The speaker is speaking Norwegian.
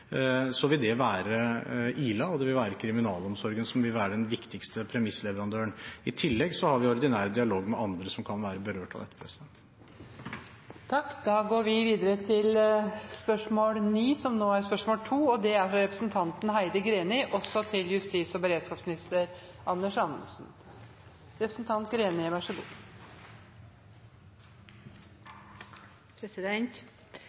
være Ila, og kriminalomsorgen vil være den viktigste premissleverandøren. I tillegg har vi ordinær dialog med andre som kan være berørt av dette. Vi går da videre til spørsmål 9. «Politiets utlendingsenhet melder om 824 tvangsreturer i oktober av asylsøkere og andre som ikke er gitt oppholdstillatelse i Norge. Dette er det høyeste returtall som er